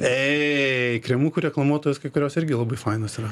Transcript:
ei kremukų reklamuotojos kai kurios irgi labai fainos yra